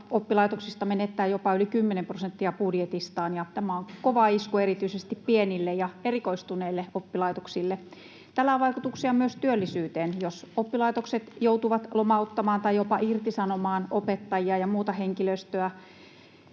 oppilaitoksista menettää jopa yli kymmenen prosenttia budjetistaan, ja tämä on kova isku erityisesti pienille ja erikoistuneille oppilaitoksille. Tällä on vaikutuksia myös työllisyyteen. Jos oppilaitokset joutuvat lomauttamaan tai jopa irtisanomaan opettajia ja muuta henkilöstöä,